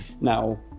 Now